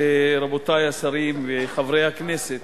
רבותי השרים וחברי הכנסת,